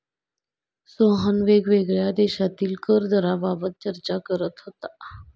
सोहन वेगवेगळ्या देशांतील कर दराबाबत चर्चा करत होता